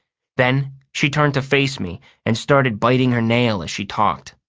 then she turned to face me and started biting her nail as she talked.